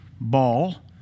ball